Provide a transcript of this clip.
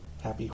Happy